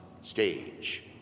stage